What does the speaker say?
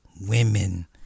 women